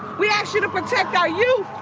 we action to protect ah you.